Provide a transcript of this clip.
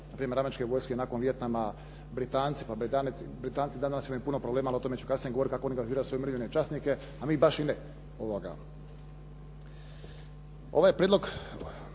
razumije./ ... vojske nakon Vijetnama, pa Britanci. Britanci danas imaju i puno problema. Ali o tome ću kasnije govoriti kako oni angažiraju svoje umirovljene časnike, a mi baš i ne. Ovaj prijedlog,